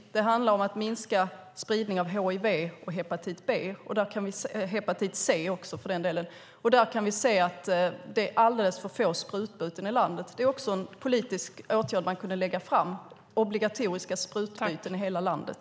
Det handlar om att minska spridning av hiv, hepatit B och hepatit C. Vi kan se att det är alldeles för få sprutbyten i landet. Det är också en politisk åtgärd som man kunde lägga fram: obligatoriska sprutbyten i hela landet.